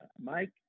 mike